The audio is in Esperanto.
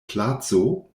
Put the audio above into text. placo